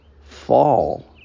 fall